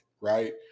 right